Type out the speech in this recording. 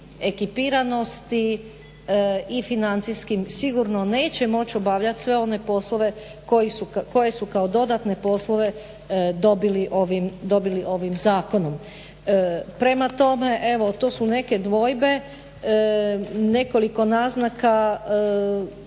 ekipiranosti i financijskim sigurno neće moći obavljati sve one poslove koje su kao dodatne poslove dobili ovim zakonom. Prema tome, evo to su neke dvojbe, nekoliko naznaka